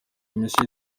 michel